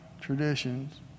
traditions